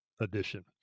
edition